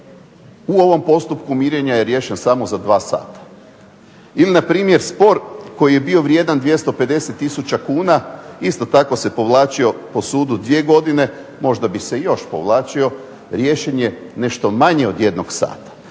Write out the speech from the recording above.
U ovom postupku mirenja je riješen samo za 2 sata. Ili na primjer spor koji je bio vrijedan 250000 kuna isto se tako povlačio po sudu dvije godine, možda bi se i još povlačio. Riješen je nešto manje od jednog sata.